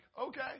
okay